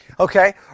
Okay